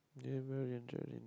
Gabriel and Jia-Jun